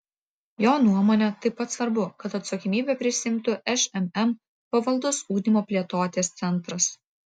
jo nuomone taip pat svarbu kad atsakomybę prisiimtų šmm pavaldus ugdymo plėtotės centras